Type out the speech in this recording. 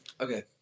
Okay